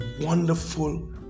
wonderful